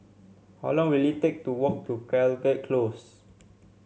how long will it take to walk to Caldecott Close